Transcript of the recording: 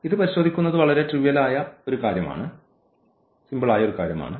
ഇത് പരിശോധിക്കുന്നത് വളരെ ട്രിവ്യൽആയ കാര്യമാണ്